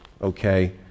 okay